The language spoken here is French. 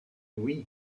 oui